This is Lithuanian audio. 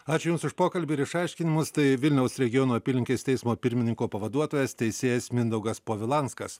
ačiū jums už pokalbį ir išaiškinimus tai vilniaus regiono apylinkės teismo pirmininko pavaduotojas teisėjas mindaugas povilanskas